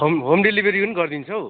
home home delivery पनि गरिदिन्छौ